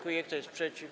Kto jest przeciw?